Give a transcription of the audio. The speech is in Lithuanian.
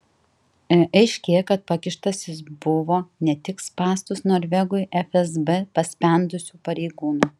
aiškėja kad pakištas jis buvo ne tik spąstus norvegui fsb paspendusių pareigūnų